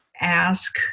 ask